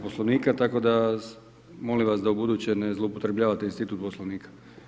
Poslovnika tako da molim vas da ubuduće ne zloupotrebljavate institut Poslovnika.